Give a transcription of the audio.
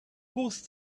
whose